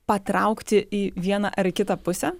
patraukti į vieną ar į kitą pusę